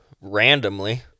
randomly